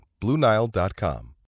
BlueNile.com